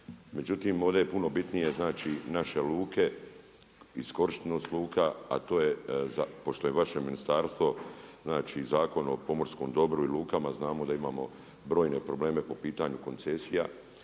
Međutim, ovdje je puno bitnije naše luke, iskorištenost luka, a to je, pošto je vaše ministarstvo, Zakon o pomorskom dobru i lukama, znamo da imamo brojne probleme po pitanju koncesiju,